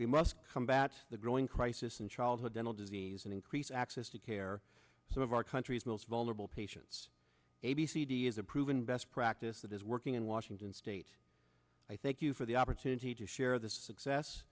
we must come back to the growing crisis in childhood dental disease and increase access to care some of our country's most vulnerable patients a b c d is a proven best practice that is working in washington state i thank you for the opportunity to share this success